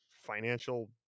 financial